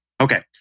Okay